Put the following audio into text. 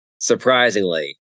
Surprisingly